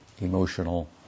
emotional